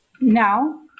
now